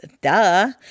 duh